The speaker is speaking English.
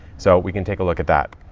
so we can take a look at that.